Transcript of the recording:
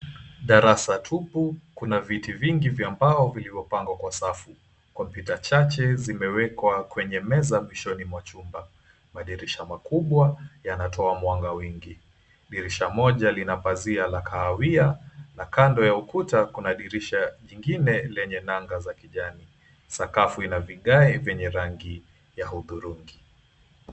Darasa tupu, kuna viti vingi vya mbao vilivyopangwa kwa safu. Kompyuta chache zimewekwa kwenye meza mwishoni mwa chumba. Madirisha makubwa yanatoa mwanga wingi. Dirisha moja lina pazia la kahawia, na kando ya ukuta kuna dirisha jingine lenye nanga za kijani. Sakafu ina vigae vyenye rangi ya hudhurungi.